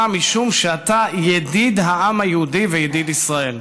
משום שאתה ידיד העם היהודי וידיד ישראל.